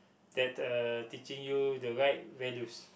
that uh teaching you the right values